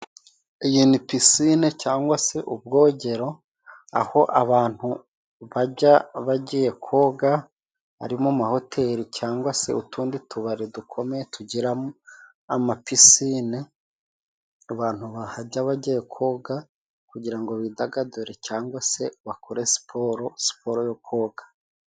Iyi ni pisine cyangwa se ubwogero, aho abantu bajya bagiye koga ari mu mahoteri cyangwa se utundi tubari dukomeye tugira ama pisine, abantu bahajya bagiye koga kugira ngo bidagadure cyangwa se bakore siporo, siporo yo koga.